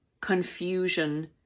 confusion